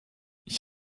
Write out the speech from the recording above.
ich